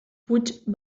puig